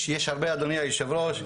יש הרבה, אדוני היושב ראש.